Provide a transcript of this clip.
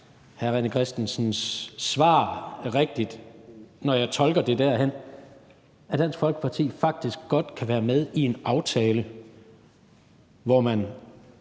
hr. René Christensens svar rigtigt, når jeg tolker det derhen, at Dansk Folkeparti faktisk godt kan være med i en aftale, hvor man